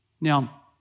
Now